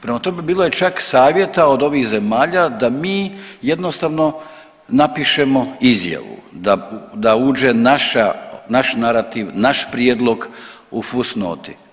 Prema tome, bilo je čak savjeta od ovih zemalja …./.… da mi jednostavno napišemo izjavu da uđe naša, naš narativ, naš prijedlog u fusnoti.